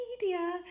media